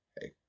hey